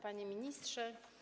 Panie Ministrze!